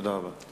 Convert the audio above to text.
תודה רבה.